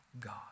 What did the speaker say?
God